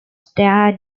stare